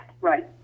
right